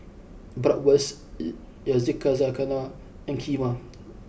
Bratwurst Yakizakana and Kheema